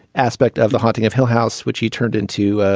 aspect of the haunting of hill house which he turned into.